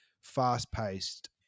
fast-paced